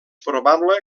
probable